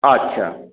আচ্ছা